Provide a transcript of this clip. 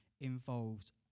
involves